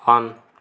on